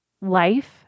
life